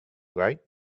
right